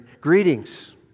Greetings